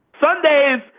Sundays